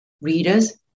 readers